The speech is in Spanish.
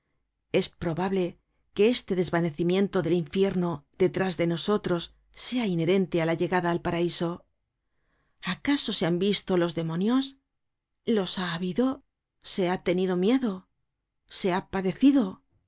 es probable que este desvanecimiento del infierno detrás de nosotros sea inherente á la llegada al paraiso acaso se han visto los demonios los ha habido se ha tenido miedo se ha padecido